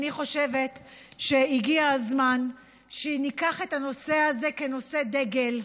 אני חושבת שהגיע הזמן שניקח את הנושא הזה כנושא דגל,